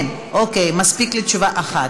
כן, מספיקה לי תשובה אחת.